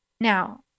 Now